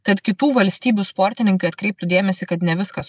kad kitų valstybių sportininkai atkreiptų dėmesį kad ne viskas